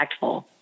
impactful